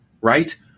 Right